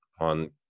on